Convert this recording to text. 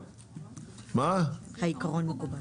העיקרון מקובל.